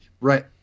Right